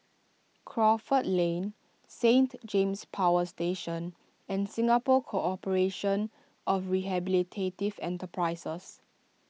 Crawford Lane Saint James Power Station and Singapore Corporation of Rehabilitative Enterprises